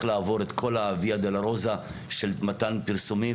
לעבור את כל הויה דולורוזה של מתן פרסומים,